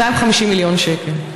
250 מיליון שקל,